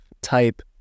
Type